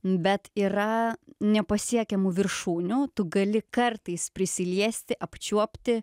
bet yra nepasiekiamų viršūnių tu gali kartais prisiliesti apčiuopti